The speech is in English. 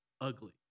ugly